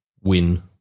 win